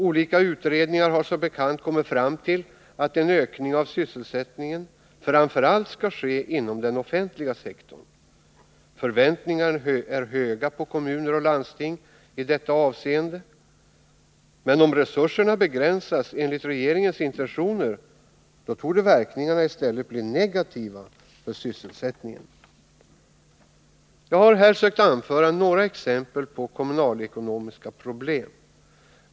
Olika utredningar har som bekant kommit fram till att ökningen av sysselsättningen skall ske framför allt inom den offentliga sektorn. Förväntningarna är höga på kommuner och landsting i detta avseende, men om resurserna begränsas enligt regeringens intentioner, torde verkningarna i stället bli negativa för sysselsättningen. Jag har här sökt anföra några exempel på kommunalekonomiska problem.